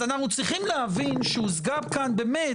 אז אנחנו צריכים להבין שהושגה כאן באמת,